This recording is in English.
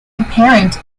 apparent